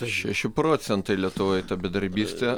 šeši procentai lietuvoj ta bedarbystė